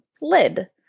LID